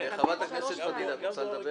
חברת הכנסת פדידה, את רוצה לדבר?